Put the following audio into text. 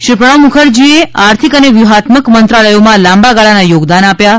શ્રી પ્રણવ મુખર્જીએ આર્થિક અને વ્યૂહાત્મક મંત્રાલયોમાં લાંબા ગાળાના યોગદાન આપ્યા હતા